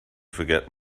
forget